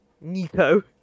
Nico